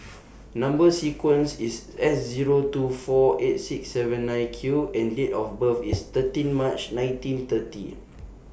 Number sequence IS S Zero two four eight six seven nine Q and Date of birth IS thirteen March nineteen thirty